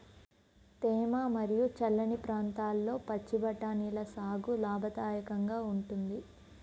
తేమ మరియు చల్లని ప్రాంతాల్లో పచ్చి బఠానీల సాగు లాభదాయకంగా ఉంటుంది